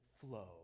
flow